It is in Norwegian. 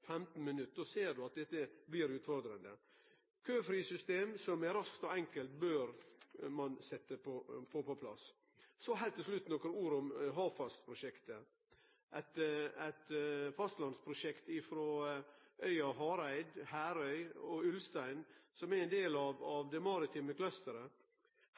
15 minutt, ser ein at dette blir utfordrande. Eit køfrisystem som er raskt og enkelt, bør ein få på plass. Så heilt til slutt nokre ord om fastlandsprosjektet frå øya Hareid, Herøy og Ulstein, som er ein del av den maritime clusteren.